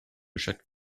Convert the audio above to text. chaque